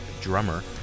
drummer